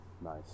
Nice